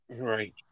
Right